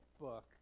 book